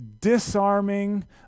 disarming